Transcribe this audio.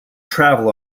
travel